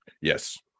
Yes